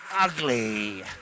ugly